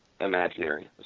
imaginary